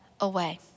away